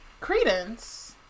Credence